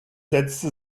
setzte